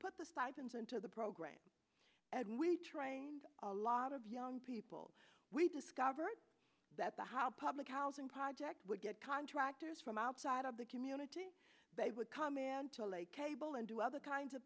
put the thousands into the program and we trained a lot of young people we discovered that the how public housing project would get contractors from outside of the community they would come in to lay cable and do other kinds of